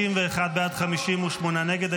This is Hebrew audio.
51 בעד, 58 נגד.